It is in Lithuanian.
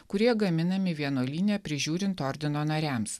kurie gaminami vienuolyne prižiūrint ordino nariams